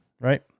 right